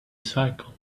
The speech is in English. circle